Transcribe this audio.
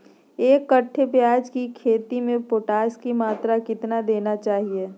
एक कट्टे प्याज की खेती में पोटास की मात्रा कितना देना चाहिए?